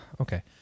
Okay